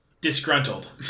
disgruntled